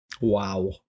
Wow